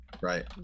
Right